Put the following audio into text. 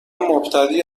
مبتدی